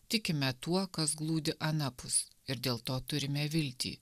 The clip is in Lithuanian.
tikime tuo kas glūdi anapus ir dėl to turime viltį